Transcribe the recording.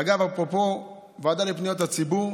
אגב, אפרופו, הוועדה לפניות הציבור,